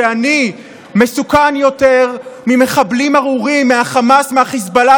שאני מסוכן יותר ממחבלים ארורים מהחמאס ומהחיזבאללה,